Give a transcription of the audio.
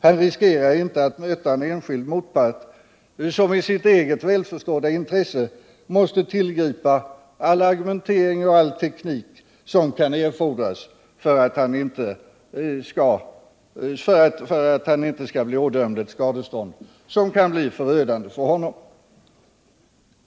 Han riskerar inte att möta en enskild motpart vilken i sitt eget välförstådda intresse måste tillgripa all argumentering och all teknik som kan erfordras för att han inte skall bli ådömd ett skadestånd som kan bli förödande för honom.